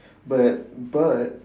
but but